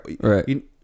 Right